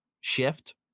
shift